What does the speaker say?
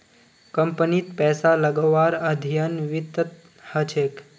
कम्पनीत पैसा लगव्वार अध्ययन वित्तत ह छेक